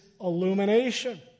illumination